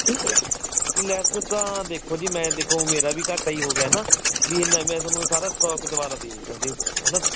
less ਤਾਂ ਦੇਖੋ ਜੀ ਮੈਂ ਦੇਖੋ ਮੇਰਾ ਵੀ ਘਾਟਾ ਹੀ ਹੋ ਗਿਆ ਨਾ ਵੀ ਇੰਨਾ ਮੈਂ ਤੁਹਾਨੂੰ ਸਾਰਾ ਸਟੋਕ ਦੁਬਾਰਾ ਦੇ ਦੂੰਗਾ ਜੀ ਹੈ ਨਾ